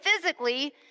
physically